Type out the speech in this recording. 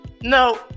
No